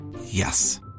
Yes